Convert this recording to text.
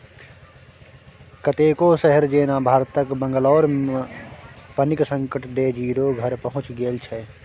कतेको शहर जेना भारतक बंगलौरमे पानिक संकट डे जीरो पर पहुँचि गेल छै